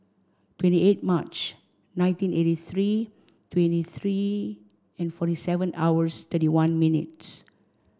twenty eight March nineteen eighty three twenty three and forty seven hours thirty one minutes